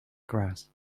grass